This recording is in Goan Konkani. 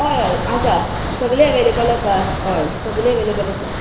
हय हय आसा सगलें एवेलेबल आसा हय सगलें एवेलेबल आसा